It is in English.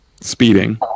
Speeding